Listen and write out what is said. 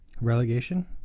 Relegation